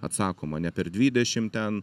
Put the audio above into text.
atsakoma ne per dvidešim ten